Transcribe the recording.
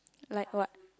like what